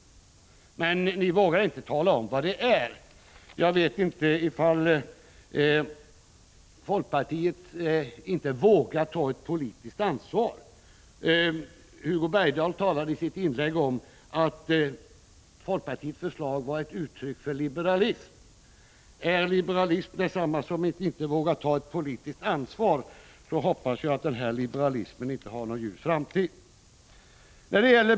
Men ni vågar inte tala om vad det är. Jag vet inte om folkpartiet inte vågar ta ett politiskt ansvar. Hugo Bergdahl talade i sitt inlägg om att folkpartiets förslag var ett uttryck för liberalism. Är liberalism detsamma som att inte våga ta ett politiskt ansvar, så hoppas jag att den liberalismen inte har någon ljus framtid.